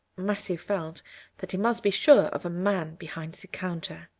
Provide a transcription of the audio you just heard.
matthew felt that he must be sure of a man behind the counter.